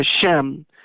Hashem